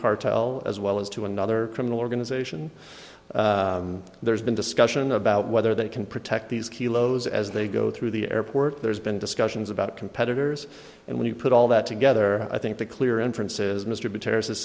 cartel as well as to another criminal organization there's been discussion about whether they can protect these kilos as they go through the airport there's been discussions about competitors and when you put all that together i think the clear inference is mr b